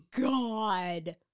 god